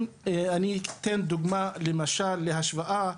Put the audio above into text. אני אתן דוגמא למשל להשוואה,